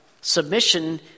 Submission